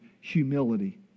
humility